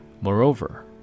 Moreover